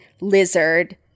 lizard